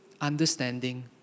understanding